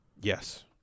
Yes